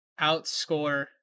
outscore